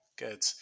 Good